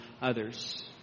others